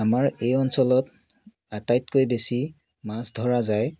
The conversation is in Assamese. আমাৰ এই অঞ্চলত আটাইতকৈ বেছি মাছ ধৰা যায়